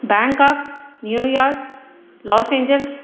Bangkok New York Los Angeles